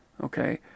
okay